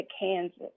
Kansas